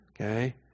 Okay